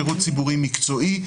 שירות ציבורי מקצועי,